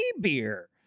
beer